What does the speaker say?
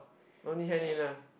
no need hand in ah